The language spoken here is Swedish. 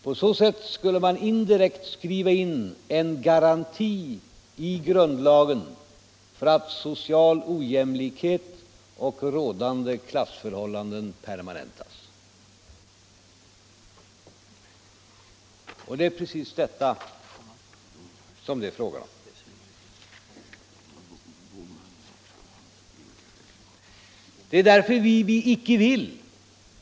På så sätt skulle man indirekt skriva in en garanti i grundlagen för att social ojämlikhet och rådande klassförhållanden permanentas.” Det är precis detta som det är fråga om. Det är detta vi icke vill.